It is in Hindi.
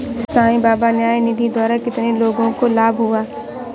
साई बाबा न्यास निधि द्वारा कितने लोगों को लाभ हुआ?